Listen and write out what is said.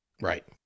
Right